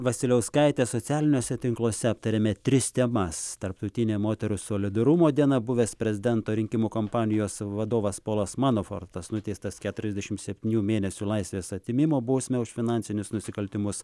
vasiliauskaitė socialiniuose tinkluose aptarėme tris temas tarptautinė moterų solidarumo diena buvęs prezidento rinkimų kompanijos vadovas polas manofortas nuteistas keturiasdešimt septynių mėnesių laisvės atėmimo bausme už finansinius nusikaltimus